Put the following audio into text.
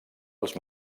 els